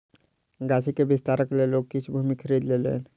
गाछी के विस्तारक लेल ओ किछ भूमि खरीद लेलैन